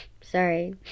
sorry